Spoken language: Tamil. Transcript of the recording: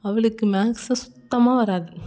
அவளுக்கு மேக்ஸு சுத்தமா க வராது